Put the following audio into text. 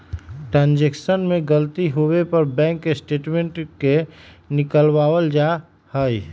transaction में गलती होवे पर बैंक स्टेटमेंट के निकलवावल जा हई